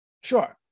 sure